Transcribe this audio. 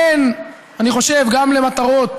אני חושב, גם למטרות